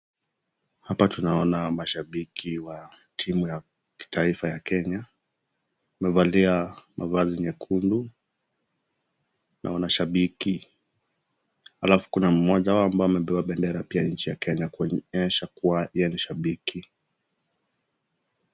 Hapa tunaona mashabiki wa timu ya kitaifa ya kenya, wamevalia vazi nyekundu na wanashabiki. Alafu kuna mmoja wao ambaye amebeba bendera ya nchi ya Kenya kuonyesha yeye ni shabiki.